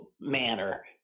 manner